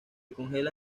congela